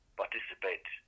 participate